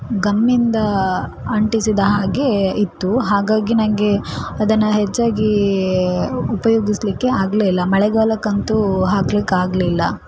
ಗಮ್ಮಿಂದ ಅಂಟಿಸಿದ ಹಾಗೆ ಇತ್ತು ಹಾಗಾಗಿ ನನಗೆ ಅದನ್ನು ಹೆಚ್ಚಾಗಿ ಉಪಯೋಗಿಸಲಿಕ್ಕೆ ಆಗಲೇ ಇಲ್ಲ ಮಳೆಗಾಲಕ್ಕಂತೂ ಹಾಕ್ಲಿಕ್ಕೆ ಆಗಲಿಲ್ಲ